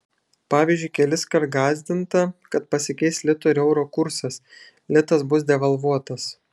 pavyzdžiui keliskart gąsdinta kad pasikeis lito ir euro kursas litas bus devalvuotas